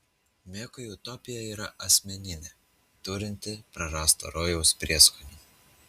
mekui utopija yra asmeninė turinti prarasto rojaus prieskonį